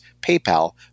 PayPal